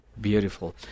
Beautiful